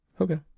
Okay